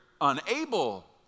unable